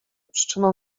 przyczyną